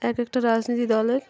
এক একটা রাজনীতিক দলের